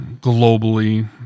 globally